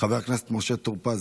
חבר הכנסת משה טור פז,